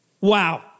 Wow